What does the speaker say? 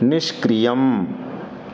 निष्क्रियम्